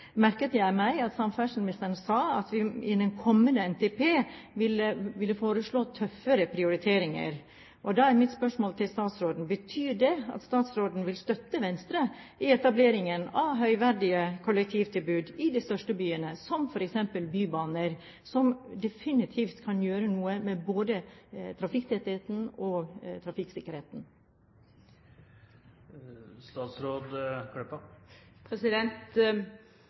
merket jeg meg at samferdselsministeren sa at en i den kommende NTP ville foreslå tøffere prioriteringer. Da er mitt spørsmål til statsråden: Betyr det at statsråden vil støtte Venstre i etableringen av høyverdige kollektivtilbud i de største byene, som f.eks. bybaner, som definitivt kan gjøre noe med både trafikktettheten og trafikksikkerheten?